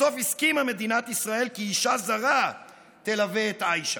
בסוף הסכימה מדינת ישראל כי אישה זרה תלווה את עאישה.